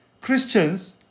Christians